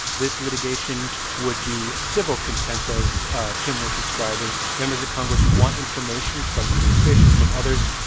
this litigation would be civil contempt, as tim was describing. members of congress want information from the administration, from others,